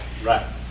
Right